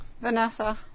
Vanessa